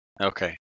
Okay